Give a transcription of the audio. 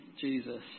Jesus